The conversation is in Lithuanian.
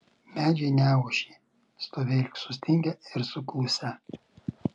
medžiai neošė stovėjo lyg sustingę ir suklusę